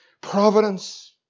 Providence